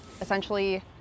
essentially